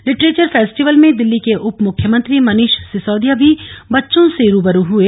literature festival में दिल्ली के उपमुख्यमंत्री मनीष सिसौदिया भी बच्चो से रूबरू हुए